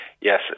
yes